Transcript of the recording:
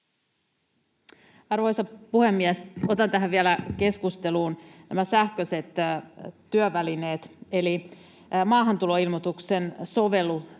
Arvoisa puhemies! Otan tähän keskusteluun vielä nämä sähköiset työvälineet eli maahantuloilmoituksen sovellutuksen